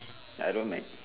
I don't Mac